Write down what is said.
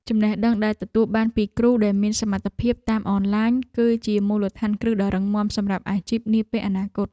ចំណេះដឹងដែលទទួលបានពីគ្រូដែលមានសមត្ថភាពតាមអនឡាញ គឺជាមូលដ្ឋានគ្រឹះដ៏រឹងមាំសម្រាប់អាជីពនាពេលអនាគត។